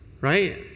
right